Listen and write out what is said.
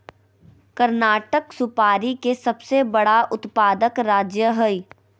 कर्नाटक सुपारी के सबसे बड़ा उत्पादक राज्य हय